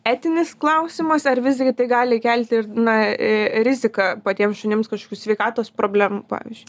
etinis klausimas ar visgi tai gali kelti ir na ė riziką patiems šunims kažkokių sveikatos problemų pavyzdžiui